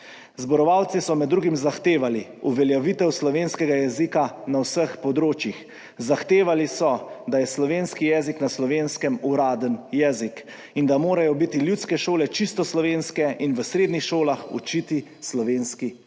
Zborovalci so med drugim zahtevali uveljavitev slovenskega jezika na vseh področjih, zahtevali so, da je slovenski jezik na Slovenskem uradni jezik in da morajo biti ljudske šole čisto slovenske in v srednjih šolah učiti slovenski jezik.